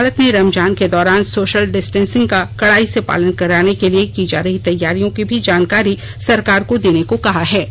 अदालत ने रमजान के दौरान सोशल डिस्टेंसिंग का कड़ाई से पालन कराने के लिए की जा रही तैयारियों की भी जानकारी सरकार से देने को कहा है